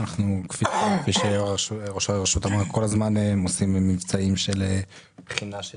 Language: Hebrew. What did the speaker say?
כפי שראש הרשות אמר, הם כל הזמן עושים בחינה של